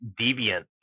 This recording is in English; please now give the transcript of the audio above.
deviant